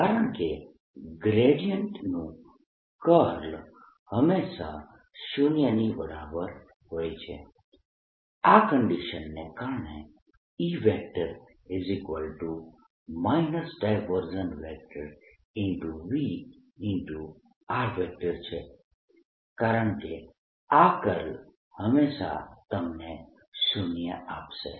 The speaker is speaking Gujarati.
કારણકે ગ્રેડિયન્ટ નું કર્લ હંમેશાં શૂન્યની બરાબર હોય છે આ કન્ડિશન ને કારણે E V છે કારણકે આ કર્લ હંમેશાં તમને શૂન્ય આપશે